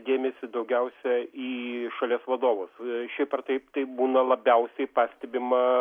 dėmesį daugiausia į šalies vadovus šiaip ar taip tai būna labiausiai pastebima